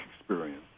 experience